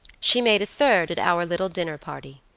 she made a third at our little dinner party.